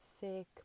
thick